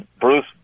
Bruce